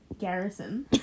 Garrison